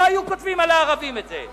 לא היו כותבים על הערבים את זה.